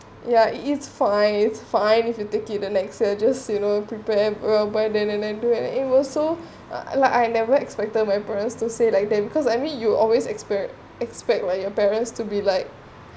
yeah it is fine it's fine if you take it the next year just you know prepare whereby then and and do and it will also uh like I never expected my parents to say like that because I mean you always expect expect where your parents to be like